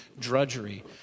drudgery